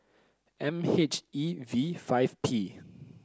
M H E V five P